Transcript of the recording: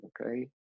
okay